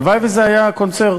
הלוואי שזה היה קונצרט,